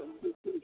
तो हम देखते हैं